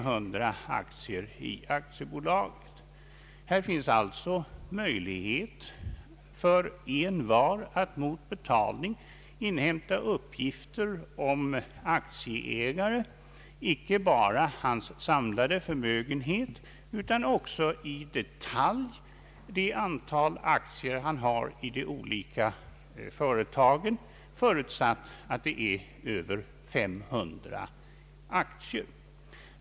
Här finns alltså möjlighet för envar att mot betalning inhämta uppgifter om en aktieägare, inte bara storleken av hans samlade förmögenhet utan också i detalj det antal aktier han har i olika företag förutsatt att det är över 500 aktier.